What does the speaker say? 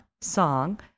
song